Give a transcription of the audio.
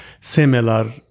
similar